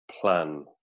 plan